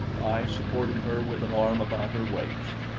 i supporting her with an arm about her waist.